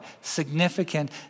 significant